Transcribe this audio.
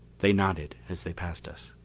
they nodded as they passed us.